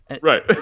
Right